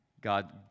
god